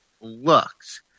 looks